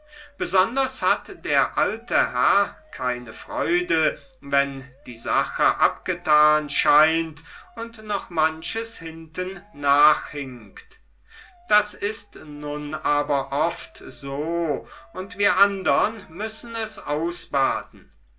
besonders hat der alte herr keine freude wenn die sache abgetan scheint und noch manches hintennachhinkt das ist nun aber oft so und wir andern müssen es ausbaden